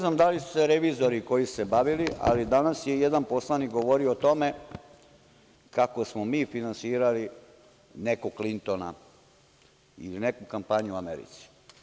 Ne znam da li su se revizori koji su se bavili, ali danas je jedan poslanik govorio o tome kako smo mi finansirali nekog Klintona ili neku kampanju u Americi.